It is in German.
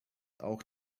auch